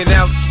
out